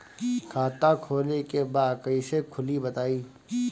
खाता खोले के बा कईसे खुली बताई?